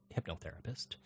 hypnotherapist